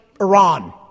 Iran